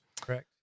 Correct